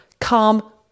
calm